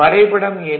வரைபடம் எண்